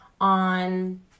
on